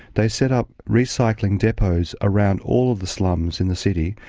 they set up recycling depots around all of the slums in the city,